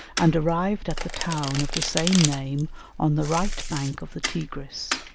and arrived at the town of the same name on the right bank of the tigris,